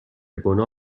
گناه